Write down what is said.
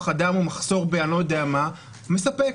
אדם או מחסור אני לא יודע במה מספק?